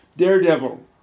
daredevil